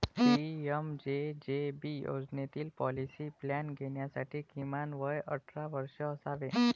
PMJJB योजनेतील policy plan घेण्यासाठी किमान वय अठरा वर्षे असावे